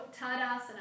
Tadasana